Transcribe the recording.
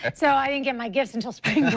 and so, i didn't get my gift until sprin